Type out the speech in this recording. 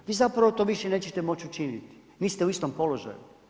Vi zapravo to više nećete moći učiniti, niste u istom položaju.